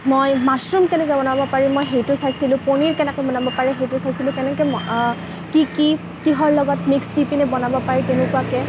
মই মাচৰুম কেনেকৈ বনাব পাৰি মই সেইটো চাইছিলোঁ পনীৰ কেনেকৈ বনাব পাৰি সেইটো চাইছিলোঁ কেনেকৈ কি কি কিহৰ লগত মিক্স দি পেনি বনাব পাৰি তেনেকুৱাকৈ